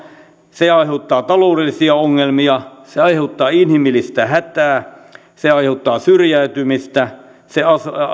se aiheuttaa taloudellisia ongelmia se aiheuttaa inhimillistä hätää se aiheuttaa syrjäytymistä se